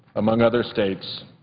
among other states,